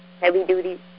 heavy-duty